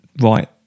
Right